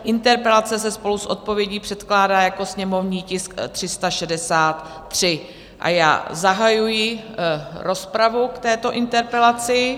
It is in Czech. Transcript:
Interpelace se spolu s odpovědí předkládá jako sněmovní tisk 363 a já zahajuji rozpravu k této interpelaci.